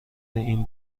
این